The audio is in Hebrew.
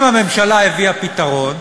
אם הממשלה הביאה פתרון,